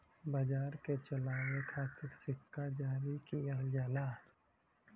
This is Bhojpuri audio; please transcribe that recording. बाजार के चलावे खातिर सिक्का जारी किहल जाला